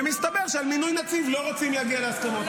ומסתבר שעל מינוי נציב לא רוצים להגיע להסכמות.